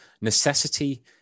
necessity